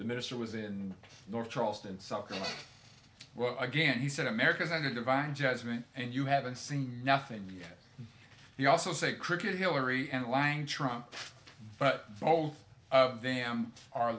the minister was in north charleston south again he said america is under divine judgment and you haven't seen nothing yet you also say cricket hillary and lying trump but both of them are